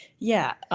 yeah,